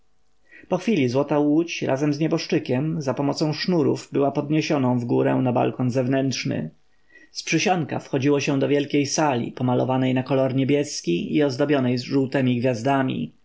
po chwili złota łódź razem z nieboszczykiem zapomocą sznurów była podniesioną wgórę na balkon wewnętrzny z przysionka wchodziło się do wielkiej sali pomalowanej na kolor niebieski i ozdobionej żółtemi gwiazdami